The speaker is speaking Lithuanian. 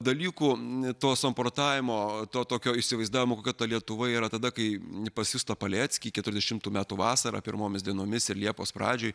dalykų to samprotavimo to tokio įsivaizdavimo kokiata lietuva yra tada kai pas justą paleckį keturiasdešimtų metų vasarą pirmomis dienomis ir liepos pradžioje